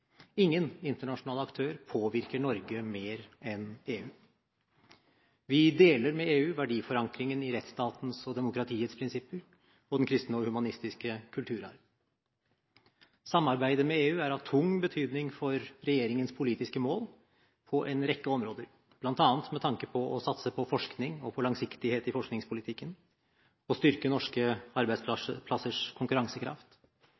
Ingen internasjonal aktør påvirker Norge mer enn EU. Vi deler med EU verdiforankringen i rettsstatens og demokratiets prinsipper og den kristne og humanistiske kulturarv. Samarbeidet med EU er av tung betydning for regjeringens politiske mål på en rekke områder, bl.a. med tanke på å satse på forskning og på langsiktighet i forskningspolitikken, å styrke norske